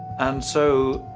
and so,